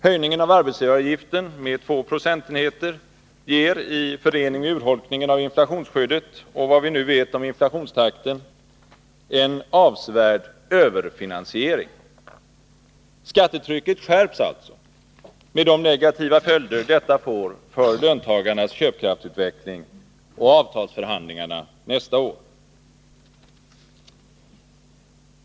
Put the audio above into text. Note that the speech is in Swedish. Höjningen av arbetsgivaravgiften med 2 procentenheter ger i förening med urholkningen av inflationsskyddet och vad vi nu vet om inflationstakten en avsevärd överfinansiering. Skattetrycket skärps alltså, med de negativa följder detta får för löntagarnas köpkraftsutveckling och avtalsförhandlingarna nästa år.